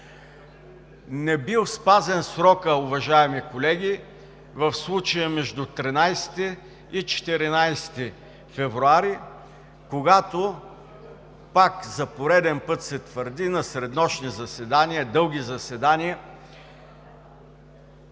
Не бил спазен срокът, уважаеми колеги, в случая между 13 и 14 февруари, когато, пак за пореден път се твърди, на среднощни заседания,